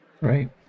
Right